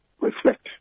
reflect